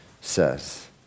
says